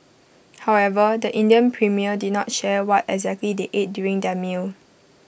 however the Indian premier did not share what exactly they ate during their meal